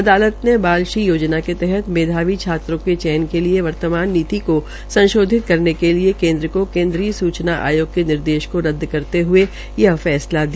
अदालत ने बाल श्री याजना के तहत मेधावी छात्रों के चयन के लिए वर्तमान नीति क संशाधित करने के लिए केनद्र क केन्द्रीय सूचना आयेग के निर्देश का रदद करते हये यह फैसला दिया